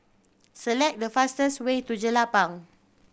select the fastest way to Jelapang